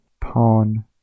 Pawn